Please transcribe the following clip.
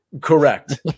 Correct